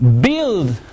build